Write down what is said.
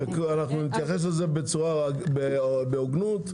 נתייחס לזה בהוגנות.